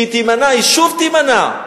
שהיא תימנע, היא שוב תימנע,